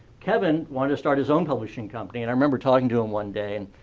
kevin wanted to start his own publishing company and i remember talking to him one day.